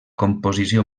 composició